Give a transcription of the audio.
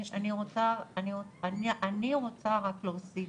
אני רוצה רק להוסיף,